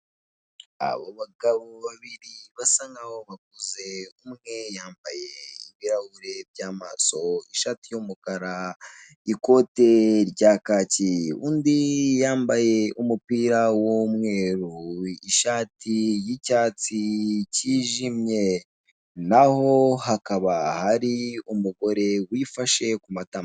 Abo bagabo babiri basa naho bakuze, umwe yambaye ibirahure by'amaso, ishati y'umukara, ikote rya kaki, undi yambaye umupira w'umweru, ishati y'icyatsi cyijimye, naho hakaba hari umugore wifashe ku matama.